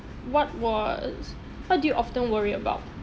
what was what do you often worry about